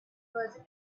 was